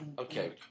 Okay